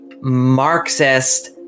Marxist